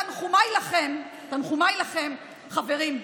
תנחומיי לכם, תנחומיי לכם, חברים,